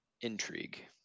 intrigue